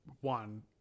one